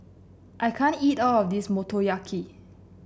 I can't eat all of this Motoyaki